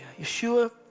Yeshua